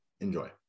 enjoy